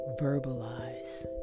verbalize